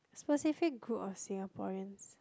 specific group of Singaporeans